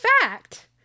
fact